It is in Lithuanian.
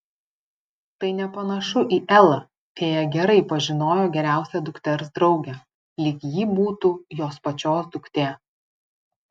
tai nepanašu į elą fėja gerai pažinojo geriausią dukters draugę lyg ji būtų jos pačios duktė